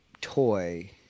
toy